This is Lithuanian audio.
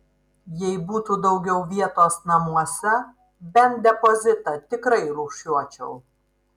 jei būtų daugiau vietos namuose bent depozitą tikrai rūšiuočiau